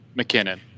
McKinnon